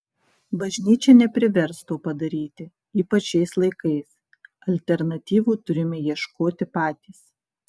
bažnyčia neprivers to padaryti ypač šiais laikais alternatyvų turime ieškoti patys